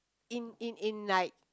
in in in like